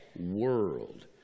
world